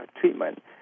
treatment